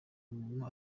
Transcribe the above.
muntu